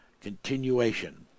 Continuation